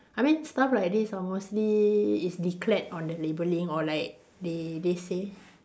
I mean stuff like this are mostly is declared on the labelling or like they they say